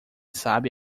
sabe